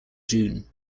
june